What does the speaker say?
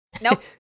nope